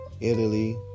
Italy